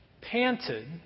panted